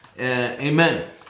Amen